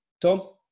Tom